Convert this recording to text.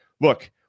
look